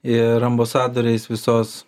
ir ambasadoriais visos